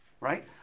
right